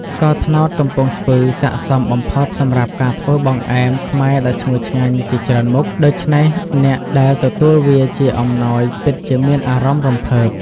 ស្ករត្នោតកំំពង់ស្ពឺសាកសមបំផុតសម្រាប់ការធ្វើបង្អែមខ្មែរដ៏ឈ្ងុយឆ្ងាញ់ជាច្រើនមុខ ដូច្នេះអ្នកដែលទទួលវាជាអំណោយពិតជាមានអារម្មណ៍រំភើប។